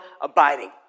abiding